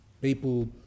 people